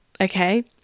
okay